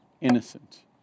innocent